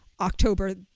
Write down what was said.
October